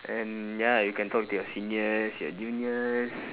and ya you can talk to your seniors your juniors